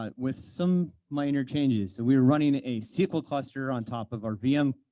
ah with some minor changes. so we were running a sql cluster on top of our vm